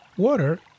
Water